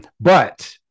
but-